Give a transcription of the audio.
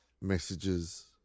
messages